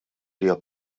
hija